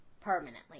permanently